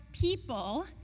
people